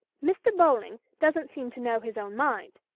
mr. bowling doesn't seem to know his own mind,